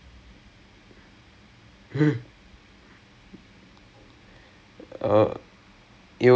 and I'm like how how does is how is this the right way of doing things like